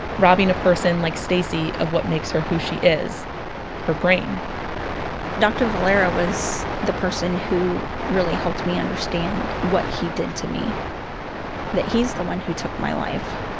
robbing a person like stacie of what makes her who she is her brain dr. valera was the person who really helped me understand what he did to me that he's the one who took my life.